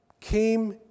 came